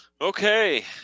Okay